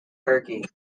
turkey